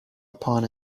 upon